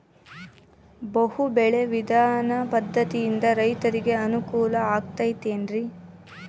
ಬಹು ಬೆಳೆ ವಿಧಾನ ಪದ್ಧತಿಯಿಂದ ರೈತರಿಗೆ ಅನುಕೂಲ ಆಗತೈತೇನ್ರಿ?